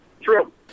True